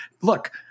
look